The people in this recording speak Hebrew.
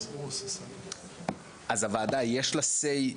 אז לוועדה יש Say,